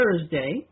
Thursday